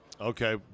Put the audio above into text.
okay